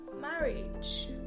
marriage